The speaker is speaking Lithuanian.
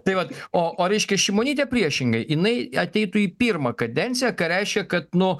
tai vat o o reiškia šimonytė priešingai jinai ateitų į pirmą kadenciją ką reiškia kad nu